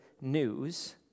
news